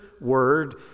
word